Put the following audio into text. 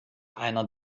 einer